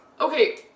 Okay